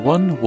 One